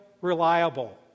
reliable